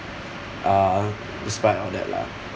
uh despite all that lah